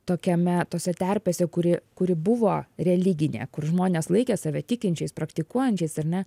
tokiame tose terpėse kuri kuri buvo religinė kur žmonės laikė save tikinčiais praktikuojančiais ar ne